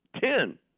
Ten